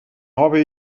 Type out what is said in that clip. habe